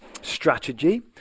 strategy